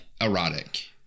erotic